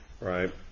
right